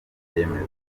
babyemeza